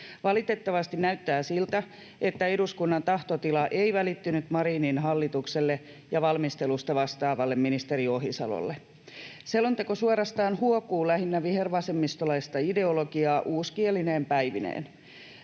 Valitettavasti näyttää siltä, että eduskunnan tahtotila ei välittynyt Marinin hallitukselle ja valmistelusta vastaavalle ministeri Ohisalolle. Selonteko suorastaan huokuu lähinnä vihervasemmistolaista ideologiaa uuskielineen päivineen.